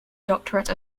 doctorate